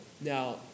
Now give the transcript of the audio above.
Now